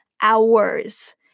hours